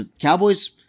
Cowboys